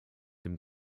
dem